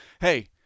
hey